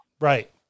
right